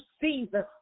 season